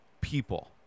people